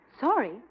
Sorry